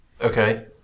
Okay